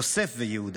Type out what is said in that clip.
"יוסף ויהודה.